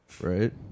Right